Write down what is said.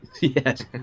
Yes